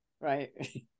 right